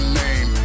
name